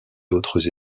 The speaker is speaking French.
d’autres